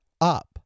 up